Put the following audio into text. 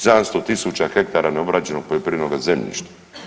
700 tisuća hektara neobrađenog poljoprivrednoga zemljišta.